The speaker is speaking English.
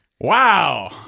Wow